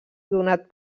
donat